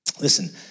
listen